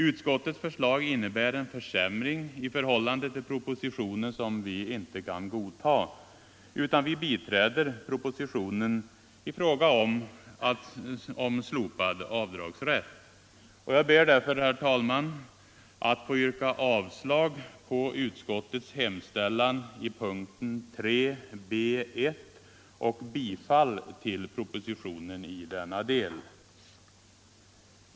Utskottets förslag innebär en försämring i förhållande till propositionen som vi inte kan godta, utan vi biträder propositionen i fråga om slopad avdragsrätt. Jag ber därför, herr talman, att få yrka avslag på utskottets hemställan i punkten 3 och bifall till propositionen i denna del.